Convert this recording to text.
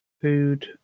food